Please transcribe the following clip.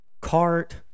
cart